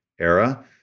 era